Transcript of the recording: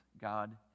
God